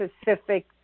specific